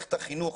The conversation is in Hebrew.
שבמערכת החינוך,